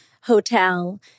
hotel